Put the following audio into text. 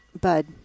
bud